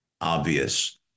obvious